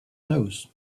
nose